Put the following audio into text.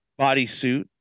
bodysuit